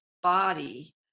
body